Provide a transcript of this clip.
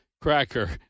cracker